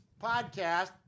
podcast